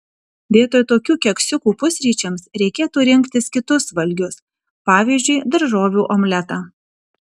vietoje tokių keksiukų pusryčiams reikėtų rinktis kitus valgius pavyzdžiui daržovių omletą